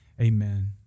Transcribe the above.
amen